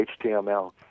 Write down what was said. HTML